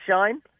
Shine